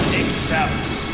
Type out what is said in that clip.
accepts